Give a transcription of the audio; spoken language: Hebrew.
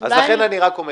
לכן אני אומר